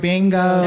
Bingo